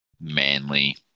Manly